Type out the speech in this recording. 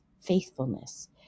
faithfulness